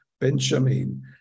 Benjamin